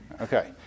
Okay